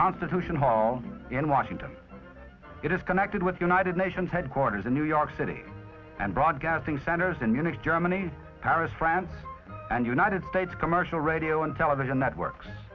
constitution hall in washington it is connected with united nations headquarters in new york city and broadcasting centers in munich germany paris france and united states commercial radio and television networks